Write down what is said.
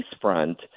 front